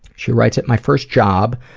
she writes, at my first job,